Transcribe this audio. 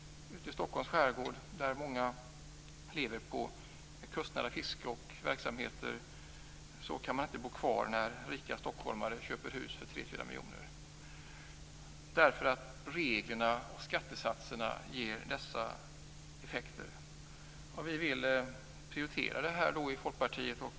I Stockholms skärgård, där många lever på kustnära fiske och andra verksamheter, kan man inte bo kvar när rika stockholmare köper hur för 3-4 miljoner. Reglerna och skattesatserna ger dessa effekter. Vi i Folkpartiet vill prioritera detta.